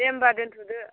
दे होमबा दोन्थ'दो